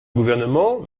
gouvernement